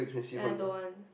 then I don't want